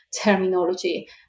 terminology